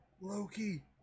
Loki